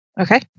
Okay